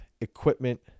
Equipment